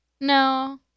No